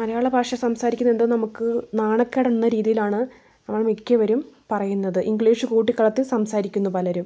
മലയാള ഭാഷ സംസാരിക്കുന്നത് എന്തോ നമുക്ക് നാണക്കേട് എന്ന രീതിയിലാണ് മിക്കവരും പറയുന്നത് ഇംഗ്ലീഷ് കുട്ടി കലര്ത്തി സംസാരിക്കുന്നു പലരും